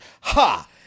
ha